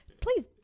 Please